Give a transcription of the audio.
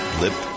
lip